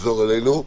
תחזור אלינו.